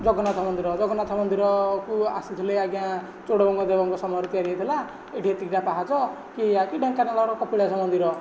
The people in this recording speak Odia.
ଜଗନ୍ନାଥ ମନ୍ଦିର ଜଗନ୍ନାଥ ମନ୍ଦିରକୁ ଆସିଥିଲେ ଆଜ୍ଞା ଚୋଡ଼ଗଙ୍ଗ ଦେବଙ୍କ ସମୟରେ ତିଆରି ହୋଇଥିଲା ଏଠି ଏତିକିଟା ପାହାଚ କି ଏଇଆ କି ଢେଙ୍କାନାଳର କପିଳାସ ମନ୍ଦିର